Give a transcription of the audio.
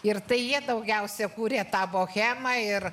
ir tai jie daugiausia kūrė tą bohemą ir